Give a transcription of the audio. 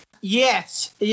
yes